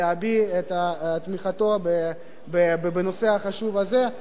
להביע את תמיכתו בנושא החשוב הזה.